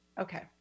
Okay